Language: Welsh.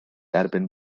erbyn